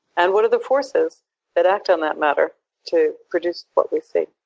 and what are the forces that act on that matter to produce what we see?